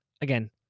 again